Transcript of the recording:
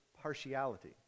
partiality